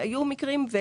היו מקרים.